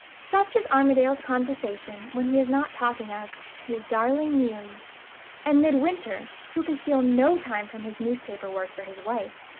such is armadale's conversation when he is not talking of his darling neelie and midwinter, who can steal no time from his newspaper work for his wife,